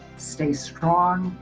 stay strong,